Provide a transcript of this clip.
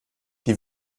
die